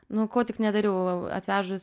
nu ko tik nedariau atvežus